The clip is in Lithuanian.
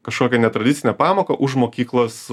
kažkokią netradicinę pamoką už mokyklos